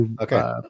Okay